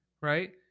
right